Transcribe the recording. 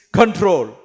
control